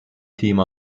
team